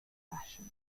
fashion